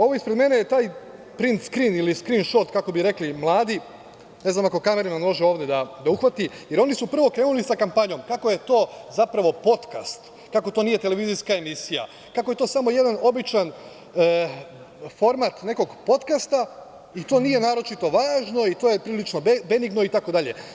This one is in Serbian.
Ovo ispred mene je „print skrin“ ili „skrin šot“ kako bi rekli mladi, jer oni su prvo krenuli sa kampanjom kako je to zapravo potkast, kako to nije televizijska emisija, kako je to samo jedan običan format nekog potkasta i to nije naročito važno, prilično benigno itd.